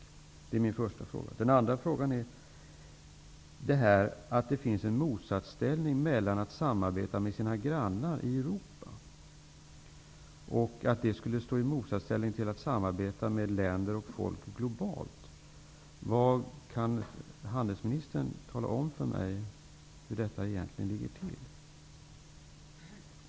Det är min första fråga. Min andra fråga gäller detta att samarbetet med grannarna i Europa skulle vara i motsatsställning till samarbetet med länder och folk globalt. Kan utrikeshandelsministern tala om för mig hur det egentligen ligger till?